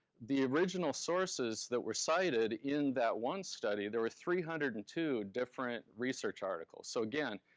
the original sources that were cited in that one study, there were three hundred and two different research articles. so again,